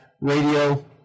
radio